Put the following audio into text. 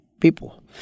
people